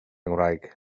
ngwraig